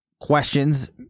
questions